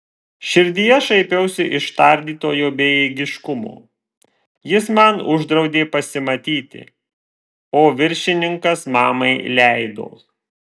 širdyje šaipiausi iš tardytojo bejėgiškumo jis man uždraudė pasimatyti o viršininkas mamai leido